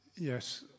Yes